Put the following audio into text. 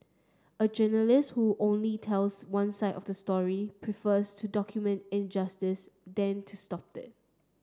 a journalist who only tells one side of the story prefers to document injustice than to stop it